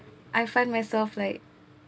I find myself like